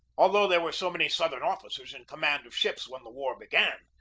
although there were so many southern officers in command of ships when the war began,